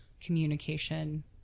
communication